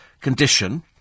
condition